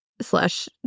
slash